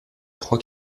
trois